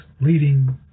leading